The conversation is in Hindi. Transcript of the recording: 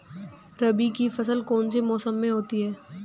रबी की फसल कौन से मौसम में होती है?